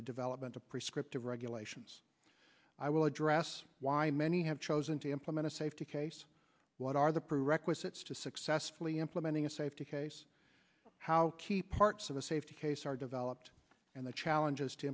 the development of prescriptive regulations i will address why many have chosen to implement a safety case what are the proof requisites to successfully implementing a safety case how key parts of the safety case are developed and the challenges to